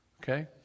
Okay